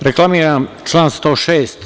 Reklamiram član 106.